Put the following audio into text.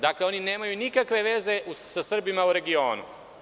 Dakle, oni nemaju nikakve veze sa Srbima u regionu.